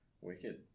Wicked